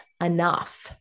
enough